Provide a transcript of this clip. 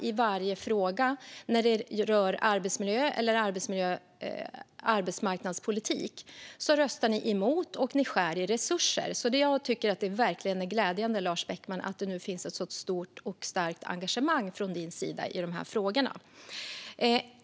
I varje fråga som rör arbetsmiljö eller arbetsmarknadspolitik röstar Moderaterna konsekvent emot och skär i resurser. Jag tycker därför att det verkligen är glädjande, Lars Beckman, att det nu finns ett så stort och starkt engagemang från din sida i dessa frågor.